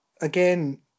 again